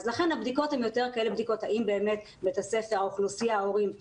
לכן הבדיקות הן יותר האם ההורים חרדים,